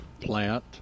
plant